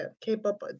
K-pop